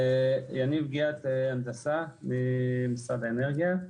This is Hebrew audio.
יניב גיאת, הנדסה, ממשרד האנרגיה.